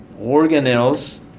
Organelles